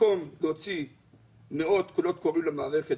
במקום להוציא מאות קולות קוראים למערכת